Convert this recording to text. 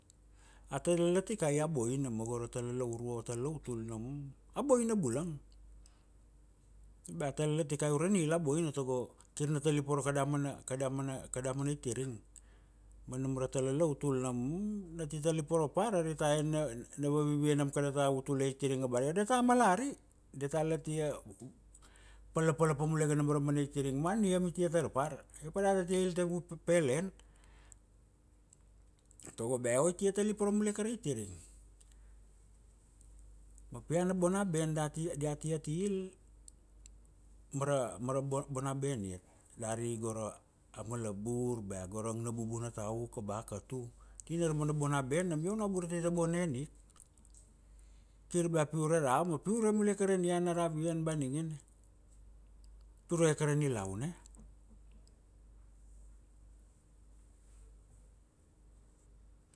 A talala tikai a boina ma go ra talala urua, talala utul nam, a boina bulang, bea talala tikai ure nil a boina tago kir na tali poro kada mana, kada mana, kada mana itiring ma nam ra talala utul nam na ti tali poro par ari ta en na, na vavie nam kada ta utul a itiring abara io data malari, data la tia pala pala pa mulege nam ra mana itiring ma niam i tia tar par, io pa data tia il ta evu pel en. Tago ba io i tia tali poroko ra itiring, ma pi ana bona ben dia tiati il ma ra bona ben iat, dari go ra malabur, bea go ra ang na bubu na tauka ba a katu, nina ra mana bona ben nam, io u na burat tai ta bona en ik. Kir ba pi ure ra ava ma pi ure mule ke ra nian na ravian ba ningene, pi ure ke ra nilaun eh.